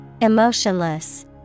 Emotionless